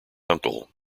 uncle